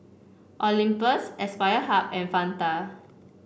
Olympus Aspire Hub and Fanta